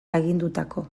agindutako